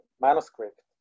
manuscript